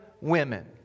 women